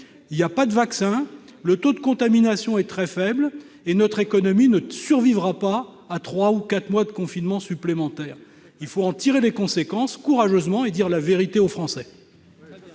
il n'existe pas de vaccin, le taux de contamination est très faible et notre économie ne survivra pas à trois ou quatre mois de confinement supplémentaires. Il faut en tirer les conséquences courageusement et dire la vérité aux Français.